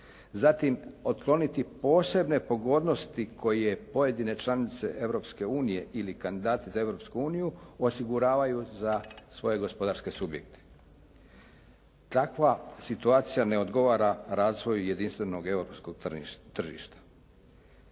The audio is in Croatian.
Zatim otkloniti posebne pogodnosti koje pojedine članice Europske unije ili kandidati za Europsku uniju osiguravaju za svoje gospodarske subjekte. Takva situacija ne odgovara razvoju jedinstvenog europskog tržišta.